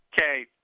okay